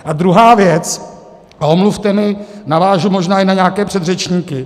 A druhá věc, a omluvte mě, navážu možná i na nějaké předřečníky.